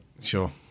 Sure